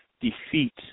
defeat